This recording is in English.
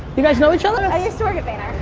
you guys know each other? i used to work at vayner.